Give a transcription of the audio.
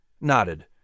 nodded